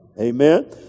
Amen